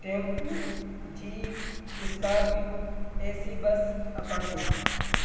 tempo jeep scorpio AC bus apache